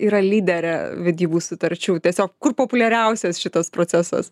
yra lyderė vedybų sutarčių tiesiog kur populiariausias šitas procesas